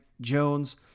Jones